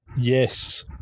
yes